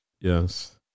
Yes